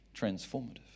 transformative